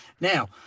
Now